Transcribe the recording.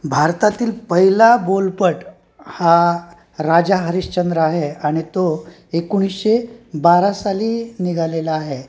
भारतातील पहिला बोलपट हा राजा हरीशचंद्र आहे आणि तो एकोणीसशे बारा साली निघालेला आहे